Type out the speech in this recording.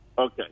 Okay